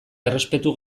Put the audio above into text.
errespetu